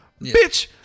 bitch